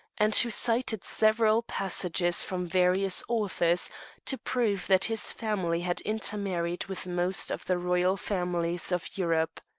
and who cited several passages from various authors to prove that his family had intermarried with most of the royal families of europe.